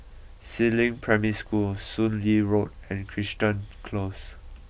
Si Ling Primary School Soon Lee Road and Crichton Close